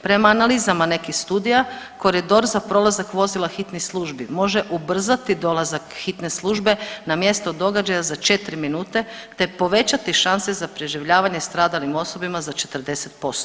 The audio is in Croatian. Prema analizama nekih studija koridor za prolazak vozila hitnih službi može ubrzati dolazak hitne službe na mjesto događaja za 4 minute, te povećati šanse za preživljavanje stradalim osobama za 40%